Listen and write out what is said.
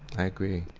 i agree